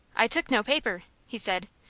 i took no paper, he said.